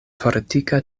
fortika